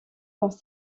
dans